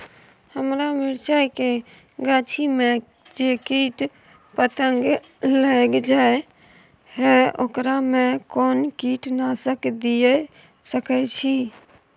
हमरा मिर्चाय के गाछी में जे कीट पतंग लैग जाय है ओकरा में कोन कीटनासक दिय सकै छी?